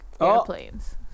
airplanes